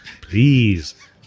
Please